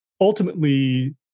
ultimately